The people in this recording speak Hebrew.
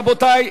רבותי,